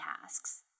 tasks